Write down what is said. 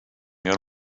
your